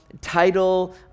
title